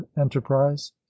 enterprise